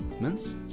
Mints